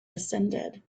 descended